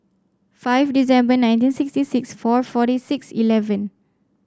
five December nineteen sixty six four forty six eleven